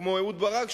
כמו אהוד ברק,